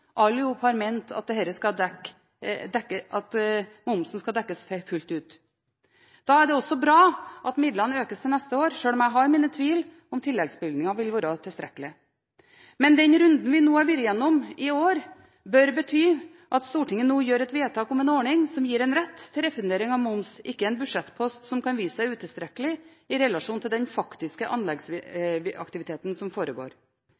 Alle sammen har ment at momsen skal dekkes fullt ut. Da er det også bra at midlene økes til neste år, sjøl om jeg har mine tvil om tilleggsbevilgningen vil være tilstrekkelig. Men den runden vi har vært gjennom i år, bør bety at Stortinget nå gjør et vedtak om en ordning som gir en rett til refundering av moms, ikke en budsjettpost som kan vise seg utilstrekkelig i relasjon til den faktiske anleggsaktiviteten som foregår.